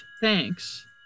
thanks